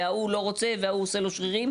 וההוא לא רוצה וההוא לא עושה לו שרירים.